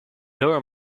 loro